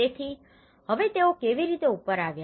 તેથી હવે તેઓ કેવી રીતે ઉપર આવ્યા